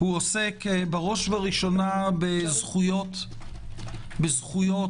הוא עוסק בראש ובראשונה בזכויות המשתקמים